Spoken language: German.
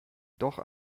doch